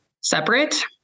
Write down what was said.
separate